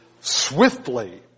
swiftly